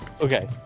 Okay